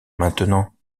maintenant